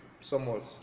Somewhat